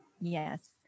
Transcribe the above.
Yes